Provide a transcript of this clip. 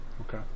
Okay